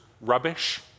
rubbish